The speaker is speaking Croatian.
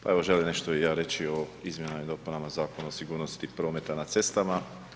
Pa evo, želim nešto i ja reći o Izmjenama i dopunama Zakona o sigurnosti prometa na cestama.